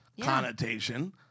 connotation